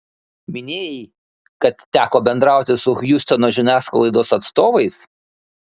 minėjai kad teko bendrauti su hjustono žiniasklaidos atstovais